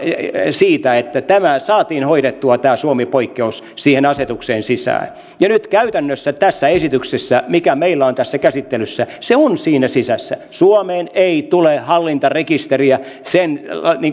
siitä että tämä saatiin hoidettua tämä suomi poikkeus siihen asetukseen sisään ja nyt käytännössä tässä esityksessä mikä meillä on tässä käsittelyssä se on sisässä suomeen ei tule hallintarekisteriä sen